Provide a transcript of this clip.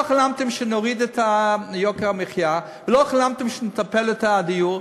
לא חלמתם שנוריד את יוקר המחיה ולא חלמתם שנטפל בדיור.